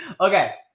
Okay